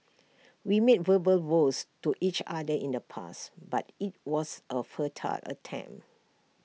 we made verbal vows to each other in the past but IT was A futile attempt